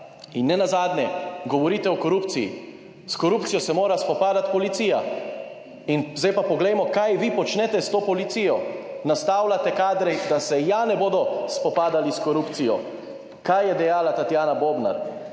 Nenazadnje govorite o korupciji. S korupcijo se mora spopadati policija. In zdaj pa poglejmo kaj vi počnete s to policijo? Nastavljate kadre, da se ja ne bodo spopadali s korupcijo. Kaj je dejala Tatjana Bobnar?